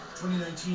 2019